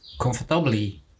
comfortably